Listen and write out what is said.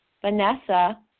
Vanessa